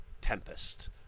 Tempest